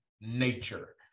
nature